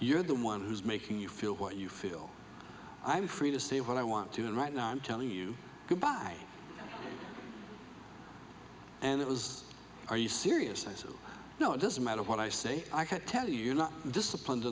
you're the one who's making you feel what you feel i'm free to say what i want to and right now i'm telling you goodbye and it was are you serious i know it doesn't matter what i say i can't tell you you're not disciplined